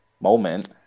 moment